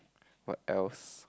what else